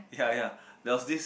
ya ya there was this